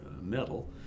metal